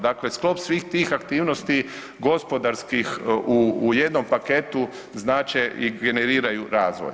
Dakle sklop svih tih aktivnosti gospodarskih u jednom paketu znače i generiraju razvoj.